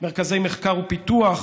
מרכזי מחקר ופיתוח,